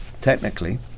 technically